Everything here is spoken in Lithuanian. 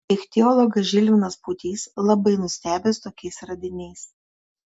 ichtiologas žilvinas pūtys labai nustebęs tokiais radiniais